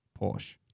Porsche